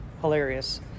hilarious